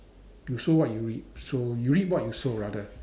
you sow what you reap so you reap what you sow rather